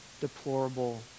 deplorable